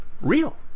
real